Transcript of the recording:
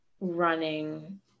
running